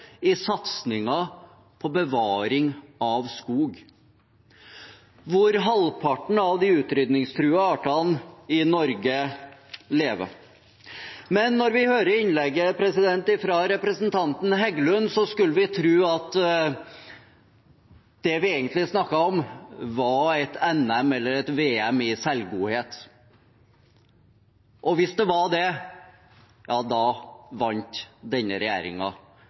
i satsingen på bevaring av skog, hvor halvparten av de utrydningstruede artene lever. Men når vi hører innlegget fra representanten Heggelund, skulle vi tro at det vi egentlig snakket om, var et NM eller VM i selvgodhet. Hvis det var det, vant denne